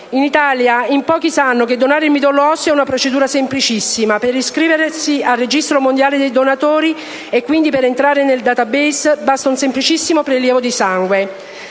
In Italia in pochi sanno che donare il midollo osseo è una procedura semplicissima: per iscriversi al Registro mondiale dei donatori, e quindi per entrare nel *database*, basta un semplicissimo prelievo di sangue.